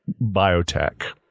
biotech